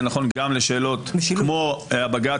זה נכון גם לשאלות כמו הבג"ץ,